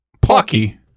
Pocky